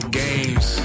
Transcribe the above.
games